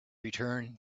return